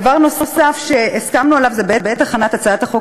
דבר נוסף שהסכמנו עליו הוא שבעת הכנת הצעת החוק